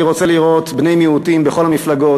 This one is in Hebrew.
אני רוצה לראות בני-מיעוטים בכל המפלגות.